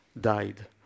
died